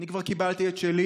אני כבר קיבלתי את שלי.